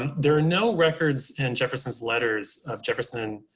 and there are no records in jefferson's letters of jefferson